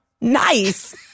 Nice